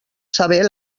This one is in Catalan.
saber